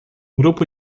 grupo